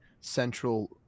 central